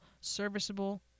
serviceable